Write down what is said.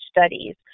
studies